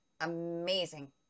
Amazing